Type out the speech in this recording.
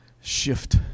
Shift